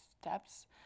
steps